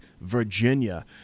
Virginia